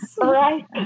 Right